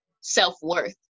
self-worth